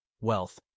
wealth